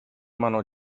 mano